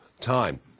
time